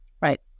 Right